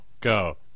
go